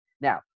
Now